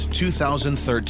2013